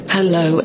Hello